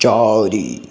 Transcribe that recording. ଚାରି